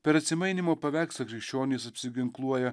per atsimainymo paveikslą krikščionys apsiginkluoja